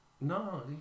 No